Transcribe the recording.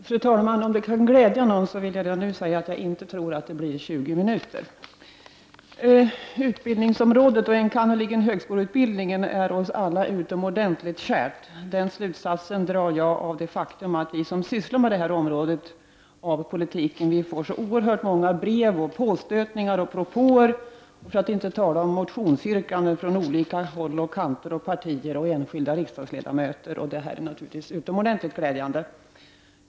Fru talman! Om det kan glädja någon, vill jag redan nu säga att jag nog inte kommer att hålla på att tala i tjugo minuter. Utbildningsområdet, enkannerligen högskoleutbildning, är oss alla utomordentligt kärt. Den slutsatsen drar jag av det faktum att vi som sysslar med detta område av politiken får så oerhört många brev, påstötningar och propåer — för att inte tala om motionsyrkanden från olika håll och kanter och partier och enskilda riksdagsledamöter. Detta är naturligtvis utomordentligt glädjande.